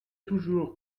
toujours